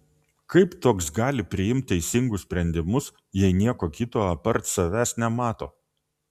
kaip toks gali priimt teisingus sprendimus jei nieko kito apart savęs nemato